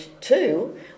two